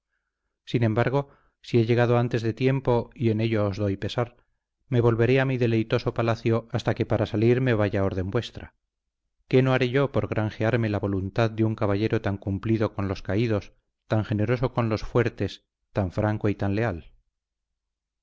sin embargo si he llegado antes de tiempo y en ello os doy pesar me volveré a mi deleitoso palacio hasta que para salir me vaya orden vuestra qué no haré yo por grangearme la voluntad de un caballero tan cumplido con los caídos tan generoso con los fuertes tan franco y tan leal